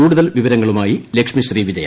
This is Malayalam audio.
കൂടുതൽ വിവരങ്ങളുമായി ലക്ഷ്മി ശ്രീ വിജയ